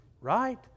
right